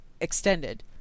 extended